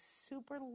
super